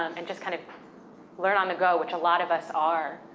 and just kind of learn on the go, which a lot of us are